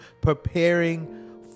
preparing